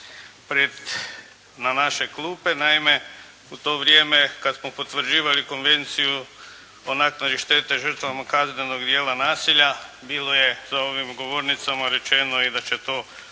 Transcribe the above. na naše klupe. Naime, u to vrijeme kada smo potvrđivali konvenciju o naknadi štete žrtvama kaznenog djela nasilja, bilo je za ovom govornicom rečeno i da će to